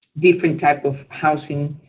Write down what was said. different type of housing